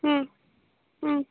ம் ம்